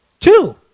Two